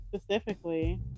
specifically